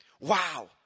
Wow